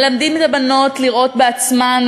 מלמדים את הבנות לראות בעצמן,